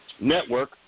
network